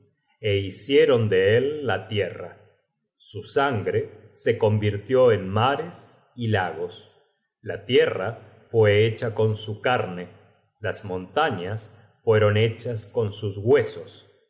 é hicieron de él la tierra su sangre se convirtió en mares y lagos la tierra fue hecha con su carne las montañas fueron hechas con sus huesos